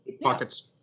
Pockets